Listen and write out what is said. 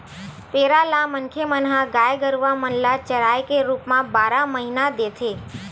पेरा ल मनखे मन ह गाय गरुवा मन ल चारा के रुप म बारह महिना देथे